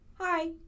hi